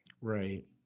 right